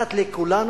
מתחת לכולנו.